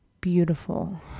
beautiful